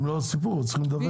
הם לא הסיפור, הם צריכים לדווח.